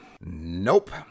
Nope